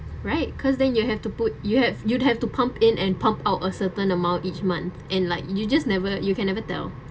right because then you have to put you have you'd have to pump in and pump out a certain amount each month and like you just never you can never tell